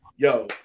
yo